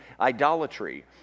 idolatry